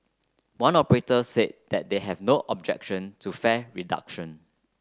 one operator said that they have no objection to fare reduction